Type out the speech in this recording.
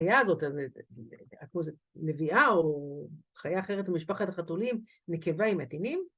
‫היה הזאת, כמו זאת, ‫לביאה או חיה אחרת ‫ממשפחת החתולים, ‫נקבה עם עטינים?